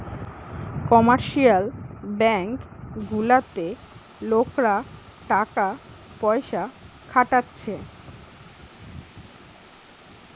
commercial bank গুলাতে লোকরা টাকা পয়সা খাটাচ্ছে